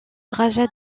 raja